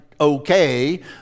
okay